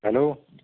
hello